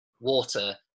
water